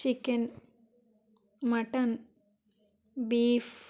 chicken mutton beef